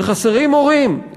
חסרים מורים,